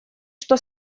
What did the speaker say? что